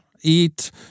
eat